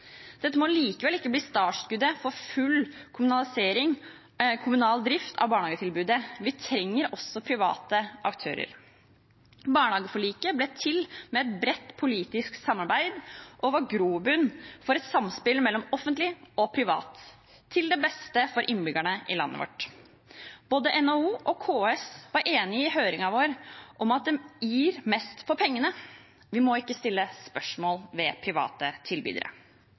Dette må likevel ikke bli startskuddet for full kommunal drift av barnehagetilbudet. Vi trenger også private aktører. Barnehageforliket ble til med et bredt politisk samarbeid og var grobunn for et samspill mellom offentlig og privat, til beste for innbyggerne i landet vårt. Både NHO og KS var i høringen vår enige om at det gir mest for pengene. Vi må ikke stille spørsmål ved private tilbydere.